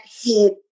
hit